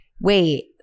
wait